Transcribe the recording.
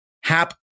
Hap